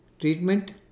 Treatment